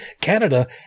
Canada